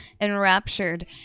enraptured